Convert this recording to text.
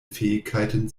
fähigkeiten